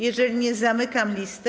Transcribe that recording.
Jeżeli nie, to zamykam listę.